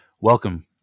Welcome